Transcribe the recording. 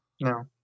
No